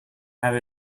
have